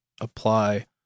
apply